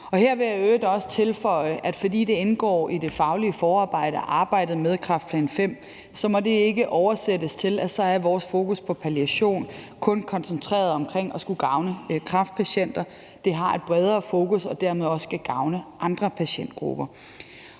i øvrigt også tilføje, at fordi det indgår i det faglige forarbejde og arbejdet med kræftplan V, må det ikke oversættes til, at så er vores fokus på palliation kun koncentreret omkring at skulle gavne kræftpatienter. Det har et bredere fokus og skal dermed også gavne andre patientgrupper.